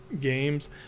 games